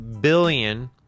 billion